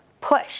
Push